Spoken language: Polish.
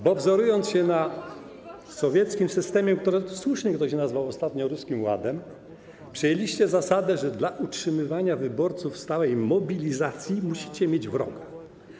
Bo wzorując się na sowieckim systemie, słusznie ktoś to nazwał ostatnio ruskim ładem, przyjęliście zasadę, że dla utrzymywania wyborców w stałej mobilizacji musicie mieć wroga.